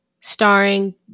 starring